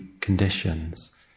conditions